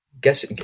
Guess